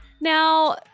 Now